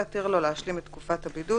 יתיר לו להשלים את תקופת הבידוד